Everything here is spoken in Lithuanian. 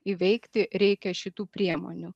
įveikti reikia šitų priemonių